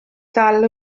ddal